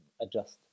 adjust